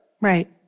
Right